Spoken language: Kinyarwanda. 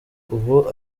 ubu